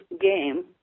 game